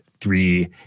three